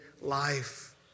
life